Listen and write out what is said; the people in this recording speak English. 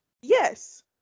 yes